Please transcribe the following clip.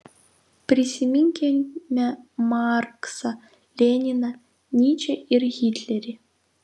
prisiminkime marksą leniną nyčę ir hitlerį